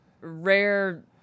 rare